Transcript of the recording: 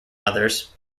others